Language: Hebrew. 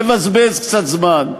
לבזבז קצת זמן,